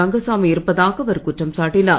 ரங்கசாமி இருப்பதாக அவர் குற்றம் சாட்டினார்